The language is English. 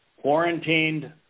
quarantined